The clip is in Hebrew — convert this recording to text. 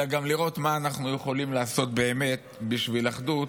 אלא גם לראות מה אנחנו יכולים לעשות באמת בשביל אחדות.